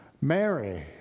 Mary